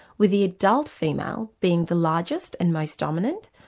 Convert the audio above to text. with the adult female being the largest and most dominant,